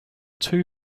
two